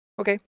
Okay